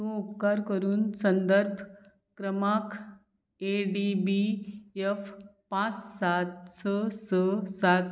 तूं उपकार करून संदर्भ क्रमांक ए डी बी एफ पांच सात स स सात